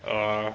ah